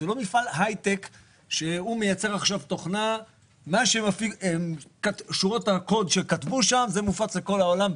זה לא מפעל הייטק שמייצר עכשיו תוכנה ואת שורת הקוד מפיץ לכל העולם.